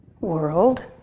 world